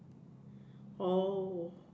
oh